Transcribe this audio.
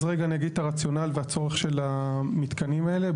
אז רגע אני אגיד את הרציונל והצורך של המתקנים האלה.